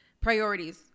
priorities